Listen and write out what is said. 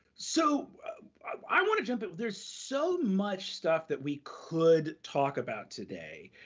so i wanna jump in. there's so much stuff that we could talk about today.